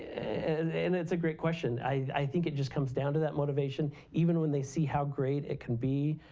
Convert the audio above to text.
and it's a great question, i think it just comes down to that motivation. even when they see how great it can be,